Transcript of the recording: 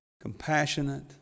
Compassionate